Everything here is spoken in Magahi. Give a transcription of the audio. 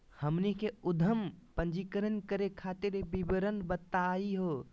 हमनी के उद्यम पंजीकरण करे खातीर विवरण बताही हो?